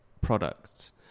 products